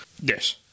Yes